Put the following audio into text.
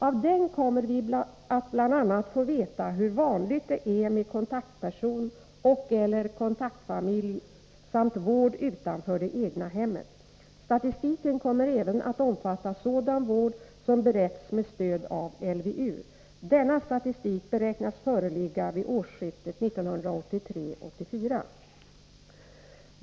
Av den kommer vi att bl.a. få veta hur vanligt det är med kontaktperson eller kontaktfamilj samt vård utanför det egna hemmet. Statistiken kommer även att omfatta sådan vård som beretts med stöd av LVU. Denna statistik beräknas föreligga vid årsskiftet 1983-1984.